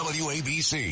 wabc